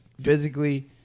physically